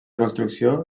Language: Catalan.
construcció